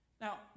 Now